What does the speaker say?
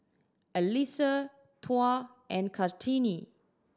Alyssa Tuah and Kartini